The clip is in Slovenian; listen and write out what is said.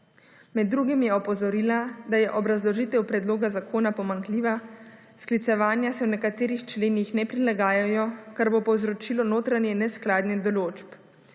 Med drugim je opozorila, da je obrazložitev predloga zakona pomanjkljiva, sklicevanja se v nekaterih členih ne prilagajajo, kar bo povzročilo notranje neskladje določb.